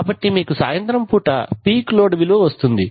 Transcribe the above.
కాబట్టి మీకు సాయంత్రం పూట పీక్ లోడ్ విలువ వస్తుంది